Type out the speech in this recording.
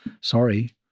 sorry